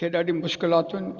खे ॾाढी मुश्किलातुनि